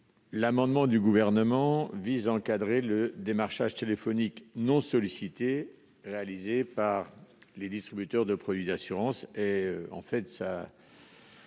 L'amendement du Gouvernement vise à encadrer le démarchage téléphonique non sollicité réalisé par les distributeurs de produits d'assurances. Son objectif